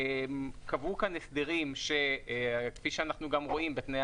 קבעו כאן הסדרים שכפי שאנחנו גם רואים מתנאי